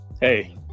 hey